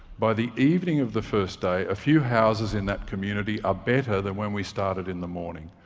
by the evening of the first day, a few houses in that community are better than when we started in the morning.